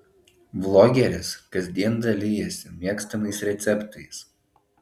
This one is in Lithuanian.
vlogeris kasdien dalijasi mėgstamais receptais